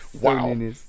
Wow